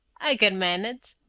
i can manage,